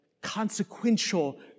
consequential